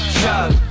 chug